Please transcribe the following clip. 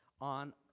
on